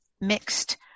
mixed